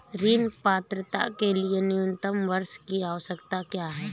ऋण पात्रता के लिए न्यूनतम वर्ष की आवश्यकता क्या है?